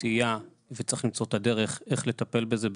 תהייה וצריך למצוא את הדרך איך לטפל בזה במיידי.